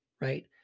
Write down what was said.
right